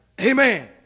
Amen